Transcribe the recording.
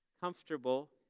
comfortable